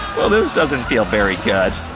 well this doesn't feel very good.